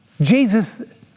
Jesus